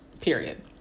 period